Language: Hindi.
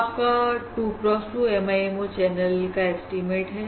आपका 2 cross 2 MIMO चैनल का एस्टीमेट है